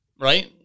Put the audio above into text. right